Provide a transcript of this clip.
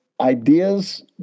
ideas